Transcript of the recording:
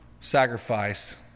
sacrifice